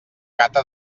gata